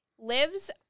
lives